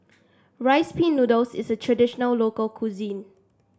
Rice Pin Noodles is a traditional local cuisine